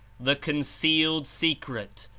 the concealed secret,